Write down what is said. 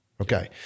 Okay